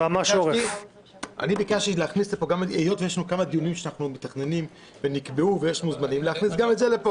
ביקשתי להכניס גם את זה לפה.